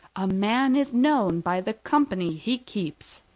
a man is known by the company he keeps.